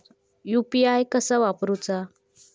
UPI कसा वापरूचा?